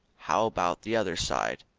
how about the other side?